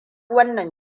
wannan